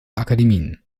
akademien